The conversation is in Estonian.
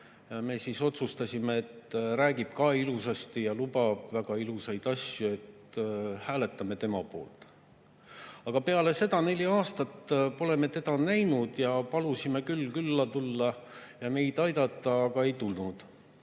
me siis otsustasime, et räägib ka ilusasti ja lubab väga ilusaid asju, et hääletame tema poolt. Aga peale seda neli aastat pole me teda näinud. Palusime küll külla tulla ja meid aidata, aga ta ei tulnud.